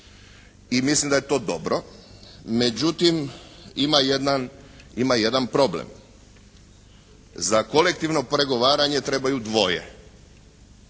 i mislim da je to dobro, međutim ima jedan problem. Za kolektivno pregovaranje trebaju dvoje